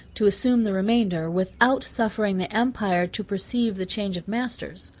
to assume the remainder, without suffering the empire to perceive the change of masters.